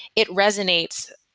it resonates,